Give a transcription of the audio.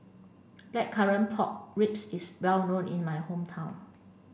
blackcurrant pork ribs is well known in my hometown